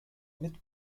mit